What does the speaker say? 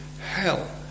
hell